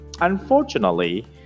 unfortunately